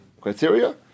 criteria